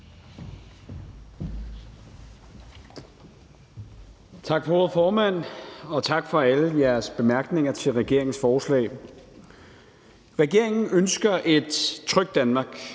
Tak for ordet, formand, og tak for alle jeres bemærkninger til regeringens forslag. Regeringen ønsker et trygt Danmark